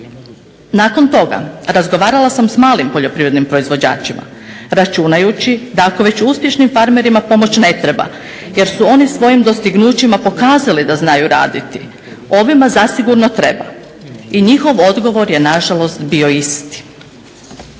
Nakon toga razgovarala sam s malim poljoprivrednim proizvođačima računajući da ako već uspješnim farmerima pomoć ne treba jer su oni svojim dostignućima pokazali da znaju raditi ovima zasigurno treba. I njihov odgovor je nažalost bio isti.